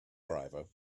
driver